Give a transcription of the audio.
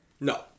No